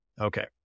Okay